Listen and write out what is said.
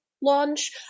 launch